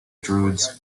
druids